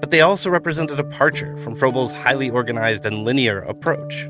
but they also represented a departure from froebel's highly organized and linear approach